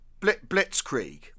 blitzkrieg